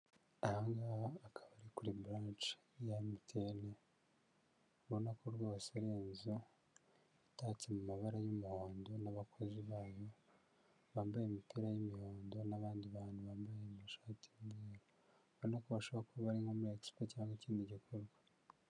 Ahangaha akaba ari kuri blanshe ya MTN, ubona ko rwose ari inzu itatse mu mabara y'umuhondo n'abakozi bayo bambaye imipira y'imihondo n'abandi bantu bambaye amashati y'umweru ubona ko bashaho kuba bari muri egisipo cyangwa ikindi gikorwa.